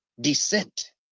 descent